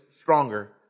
stronger